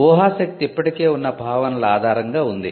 ఊహా శక్తి ఇప్పటికే ఉన్న భావనల ఆధారంగా ఉంది